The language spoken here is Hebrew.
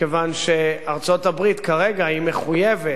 מכיוון שארצות-הברית כרגע מחויבת,